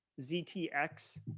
ZTX